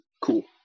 Cool